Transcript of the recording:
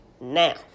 Now